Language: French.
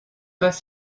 pas